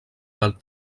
del